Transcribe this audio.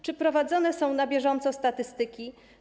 Czy prowadzone są na bieżąco statystyki?